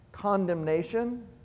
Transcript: condemnation